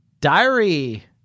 diary